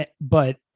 but-